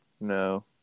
No